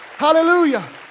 Hallelujah